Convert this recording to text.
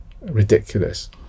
ridiculous